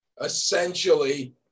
essentially